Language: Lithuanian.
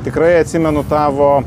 tikrai atsimenu tavo